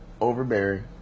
overbearing